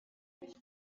این